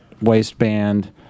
waistband